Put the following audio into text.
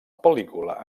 pel·lícula